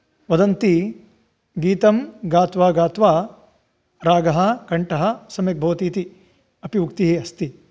वदन्ति गीतं गात्वा गात्वा रागः कण्ठः सम्यक् भवति इति अपि उक्तिः अस्ति